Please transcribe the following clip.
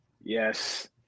Yes